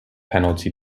penalty